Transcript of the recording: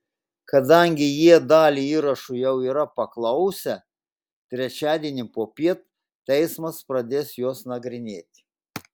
kadangi jie dalį įrašų jau yra paklausę trečiadienį popiet teismas pradės juos nagrinėti